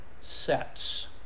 sets